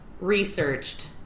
researched